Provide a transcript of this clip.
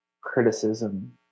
criticism